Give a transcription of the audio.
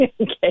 Okay